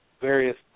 various